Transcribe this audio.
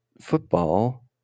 football